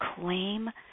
claim